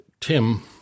Tim